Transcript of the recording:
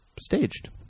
staged